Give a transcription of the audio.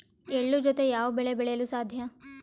ಎಳ್ಳು ಜೂತೆ ಯಾವ ಬೆಳೆ ಬೆಳೆಯಲು ಸಾಧ್ಯ?